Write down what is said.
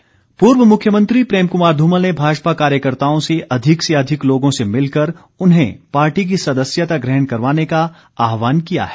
धुमल पूर्व मुख्यमंत्री प्रेम कुमार धूमल ने भाजपा कार्यकताओं से अधिक से अधिक लोगों से मिलकर उन्हें पार्टी की सदस्यता ग्रहण करवाने का आहवान किया है